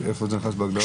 איפה זה נכנס בהגדרה?